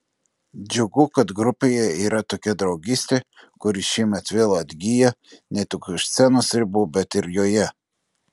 džiugu kad grupėje yra tokia draugystė kuri šiemet vėl atgyja ne tik už scenos ribų bet ir joje